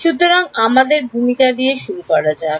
সুতরাং আমাদের ভূমিকা দিয়ে শুরু করা যাক